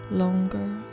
longer